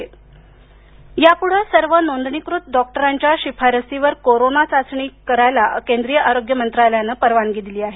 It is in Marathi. कोरोना चाचणी यापुढे सर्व नोंदणीकृत डॉक्टरांच्या शिफारसीवर कोरोना चाचणी करायला केंद्रीय आरोग्य मंत्रालयानं परवानगी दिली आहे